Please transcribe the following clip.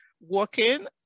working